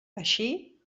així